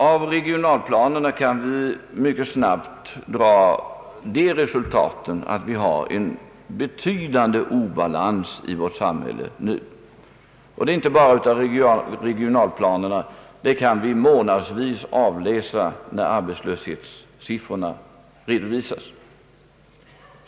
Av regionalplanerna kan vi mycket snabbt få veta att vi har en betydande obalans i vårt samhälle nu. Detta framgår inte bara av regionalplanerna, utan det kan vi månadsvis avläsa när arbetslöshetssiffrorna redovisas.